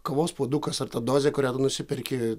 kavos puodukas ar ta dozė kurią tu nusiperki